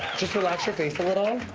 just relax your face a little.